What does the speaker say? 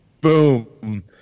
Boom